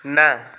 ନା